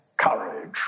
courage